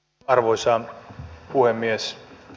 arvoisa puhemies